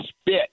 spit